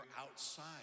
outside